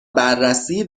بررسی